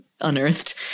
unearthed